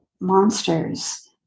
monsters